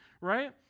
right